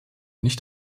nicht